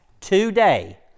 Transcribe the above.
today